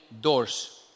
doors